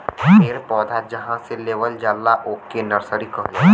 पेड़ पौधा जहां से लेवल जाला ओके नर्सरी कहल जाला